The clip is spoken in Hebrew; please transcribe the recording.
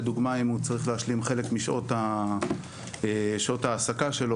לדוגמא אם הוא צריך להשלים חלק משעות העסקה שלו